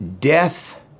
death